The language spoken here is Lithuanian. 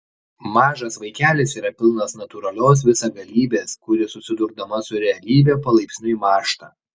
mažas vaikelis yra pilnas natūralios visagalybės kuri susidurdama su realybe palaipsniui mąžta